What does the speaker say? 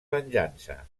venjança